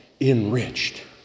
enriched